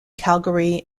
calgary